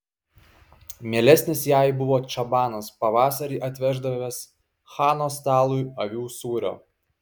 mielesnis jai buvo čabanas pavasarį atveždavęs chano stalui avių sūrio